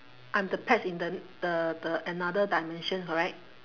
I'm the pets in the the the another dimension correct